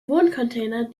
wohncontainer